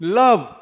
love